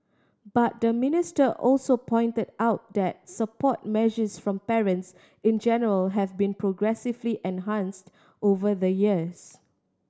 but the minister also pointed out that support measures from parents in general have been progressively enhanced over the years